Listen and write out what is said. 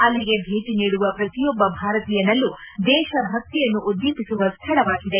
ಅಲ್ಲಿಗೆ ಭೇಟಿ ನೀಡುವ ಪ್ರತಿಯೊಬ್ಬ ಭಾರತೀಯನಲ್ಲೂ ದೇಶಭಕ್ತಿಯನ್ನು ಉದ್ದೀಪಿಸುವ ಸ್ಥಳವಾಗಿದೆ